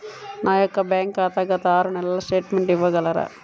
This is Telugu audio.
నా యొక్క బ్యాంక్ ఖాతా గత ఆరు నెలల స్టేట్మెంట్ ఇవ్వగలరా?